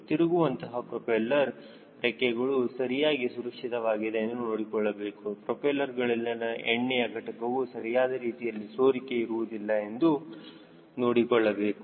ತಿರುಗುವಂತಹ propeller ರೆಕ್ಕೆಗಳು ಸರಿಯಾಗಿ ಸುರಕ್ಷಿತವಾಗಿದೆ ಎಂದು ನೋಡಿಕೊಳ್ಳಬೇಕು ಪ್ರೋಪೆಲ್ಲರ್ಗಳಲ್ಲಿನ ಎಣ್ಣೆಯ ಘಟಕದಲ್ಲಿ ಯಾವುದೇ ರೀತಿಯ ಸೋರಿಕೆ ಇರುವುದಿಲ್ಲ ಎಂದು ನೋಡಿಕೊಳ್ಳಬೇಕು